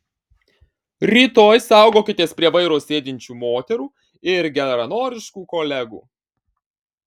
rytoj saugokitės prie vairo sėdinčių moterų ir geranoriškų kolegų